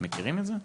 מכירים את זה?